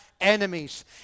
enemies